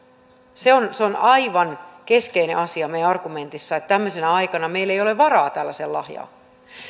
se on se on aivan keskeinen asia meidän argumentissamme että tämmöisenä aikana meillä ei ole varaa tällaiseen lahjaan